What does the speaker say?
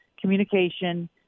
communication